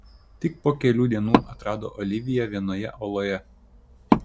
tik po kelių dienų atrado oliviją vienoje oloje